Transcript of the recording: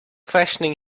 questioning